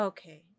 Okay